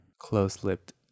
close-lipped